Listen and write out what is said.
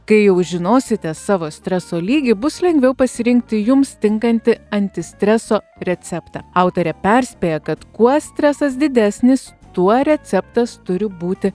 kai jau žinosite savo streso lygį bus lengviau pasirinkti jums tinkantį antistreso receptą autorė perspėja kad kuo stresas didesnis tuo receptas turi būti